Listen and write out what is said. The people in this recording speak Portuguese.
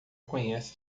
conhece